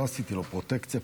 לא עשיתי לו פרוטקציה,